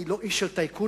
אני לא איש של טייקונים,